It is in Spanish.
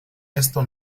esto